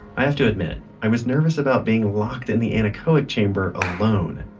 i have to admit, i was nervous about being locked in the anechoic chamber alone.